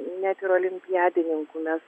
net ir olimpiadininkų mes